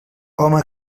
home